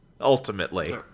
ultimately